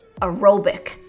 aerobic